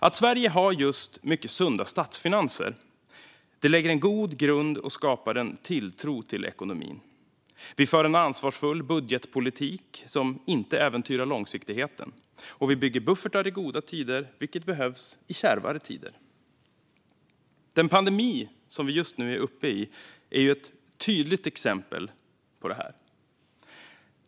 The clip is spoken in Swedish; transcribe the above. Att Sverige har just mycket sunda statsfinanser lägger en god grund och skapar tilltro till ekonomin. Vi för en ansvarsfull budgetpolitik som inte äventyrar långsiktigheten. Vi bygger buffertar i goda tider, vilka behövs i kärvare tider. Den pandemi som vi just nu är mitt uppe i är ett tydligt exempel på detta.